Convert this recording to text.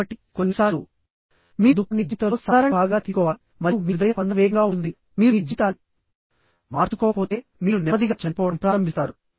కాబట్టి కొన్నిసార్లు మీరు దుఃఖాన్ని జీవితంలో సాధారణ భాగంగా తీసుకోవాలి మరియు మీ హృదయ స్పందన వేగంగా ఉంటుంది మీరు మీ జీవితాన్ని మార్చుకోకపోతే మీరు నెమ్మదిగా చనిపోవడం ప్రారంభిస్తారు